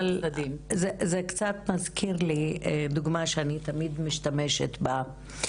אבל זה קצת מזכיר לי דוגמה שאני תמיד משתמשת בה,